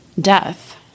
death